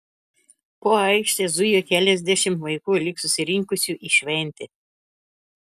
po aikštę zujo keliasdešimt vaikų lyg susirinkusių į šventę